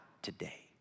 today